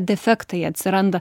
defektai atsiranda